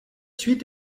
suite